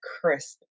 crisp